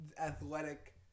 athletic